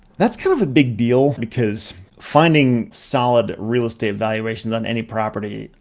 that's kind of a big deal because finding solid real estate valuations on any property,